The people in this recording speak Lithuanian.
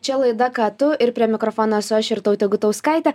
čia laida ką tu ir prie mikrofono esu aš ir tautė gutauskaitė